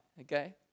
okay